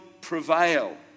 prevail